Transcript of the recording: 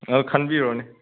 ꯑꯪ ꯈꯟꯕꯤꯔꯣꯅꯦ